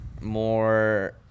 more